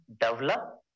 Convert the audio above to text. develop